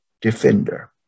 defender